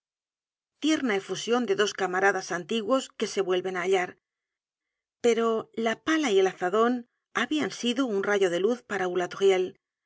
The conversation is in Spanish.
tierna efusion de dos camaradas antiguos que se vuelven á hallar pero la pala y el azadon habian sido un rayo de luz para